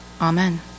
Amen